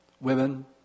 women